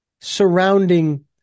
surrounding